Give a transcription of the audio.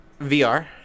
VR